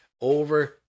over